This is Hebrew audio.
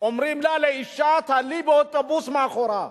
אומרים לאשה: תעלי באוטובוס מאחורה.